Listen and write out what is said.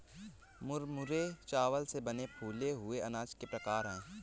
मुरमुरे चावल से बने फूले हुए अनाज के प्रकार है